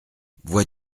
vois